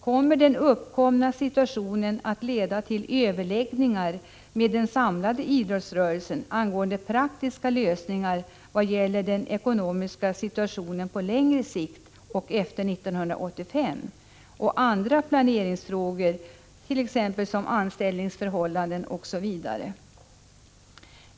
Kommer den situation som har uppstått att leda till överläggningar med den samlade idrottsrörelsen angående praktiska lösningar i vad gäller den ekonomiska situationen på längre sikt och efter 1985, vidare beträffande andra planeringsfrågor, anställningsförhållanden m.m.?